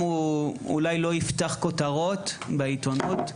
הוא לא ייפתח מהדורות וכותרות בעיתונות,